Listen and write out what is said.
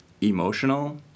emotional